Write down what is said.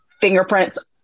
fingerprints